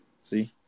See